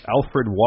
Alfred